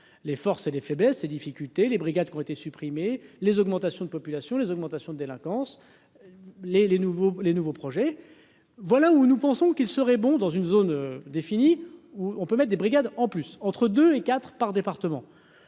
les forces et les faiblesses des difficultés, les brigades qui ont été supprimés, les augmentations de population, les augmentations de délinquance les les nouveaux, les nouveaux projets, voilà où nous pensons qu'il serait bon dans une zone définie où on peut, maître des brigades en plus entre 2 et 4 par département,